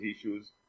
issues